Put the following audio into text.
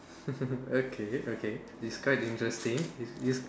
okay okay it's quite interesting it is